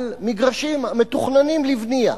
על מגרשים מתוכננים לבנייה,